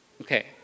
Okay